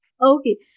Okay